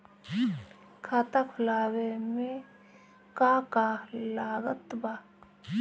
खाता खुलावे मे का का लागत बा?